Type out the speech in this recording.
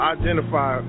identify